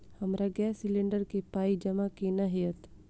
हमरा gas cylinder केँ पाई जमा केना हएत?